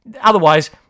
otherwise